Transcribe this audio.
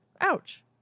ouch